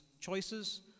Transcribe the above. choices